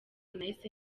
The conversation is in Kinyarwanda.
nahise